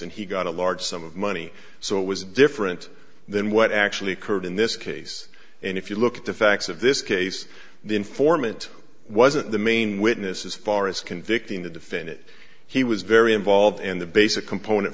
and he got a large sum of money so it was different than what actually occurred in this case and if you look at the facts of this case the informant wasn't the main witness as far as convicting the definit he was very involved and the basic component